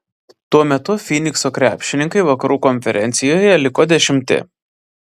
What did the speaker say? tuo metu fynikso krepšininkai vakarų konferencijoje liko dešimti